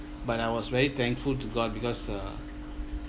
but I was very thankful to god because uh